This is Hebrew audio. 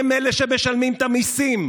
הם אלה שמשלמים את המיסים.